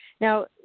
Now